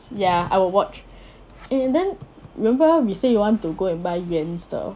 ya I will watch eh then remember we say we want to go and buy yuan's 的